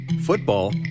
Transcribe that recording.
football